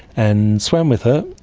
and swam with her,